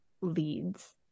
leads